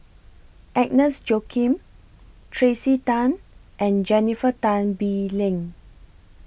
Agnes Joaquim Tracey Tan and Jennifer Tan Bee Leng